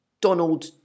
Donald